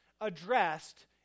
addressed